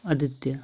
Aditya